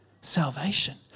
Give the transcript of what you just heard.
salvation